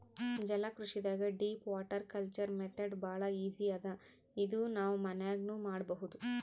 ಜಲಕೃಷಿದಾಗ್ deep water culture method ಭಾಳ್ easy ಅದಾ ಇದು ನಾವ್ ಮನ್ಯಾಗ್ನೂ ಮಾಡಬಹುದ್